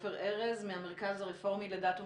עופר ארז מהמרכז הרפורמי לדת ומדינה.